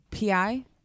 PI